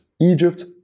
Egypt